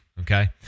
Okay